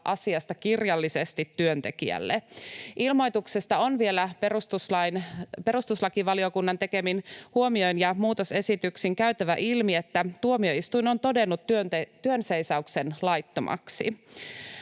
asiasta kirjallisesti työntekijälle. Ilmoituksesta on vielä perustuslakivaliokunnan tekemin huomioin ja muutosesityksin käytävä ilmi, että tuomioistuin on todennut työnseisauksen laittomaksi.